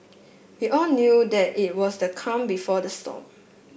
we all knew that it was the calm before the storm